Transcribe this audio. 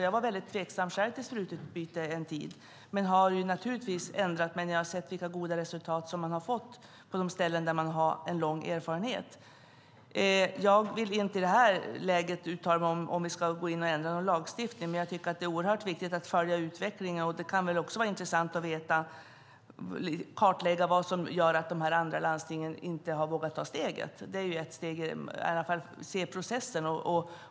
Jag var själv tveksam till sprututbyte en tid, men jag ändrade mig när jag såg de goda resultaten från ställen med lång erfarenhet. Jag vill inte i det här läget uttala mig om vi ska ändra någon lagstiftning, men jag tycker att det är oerhört viktigt att följa utvecklingen. Det kan också vara intressant att kartlägga varför de andra landstingen inte har vågat ta steget.